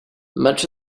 much